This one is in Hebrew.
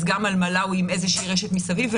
אז גם על מלאווי עם איזושהי רשת מסביב,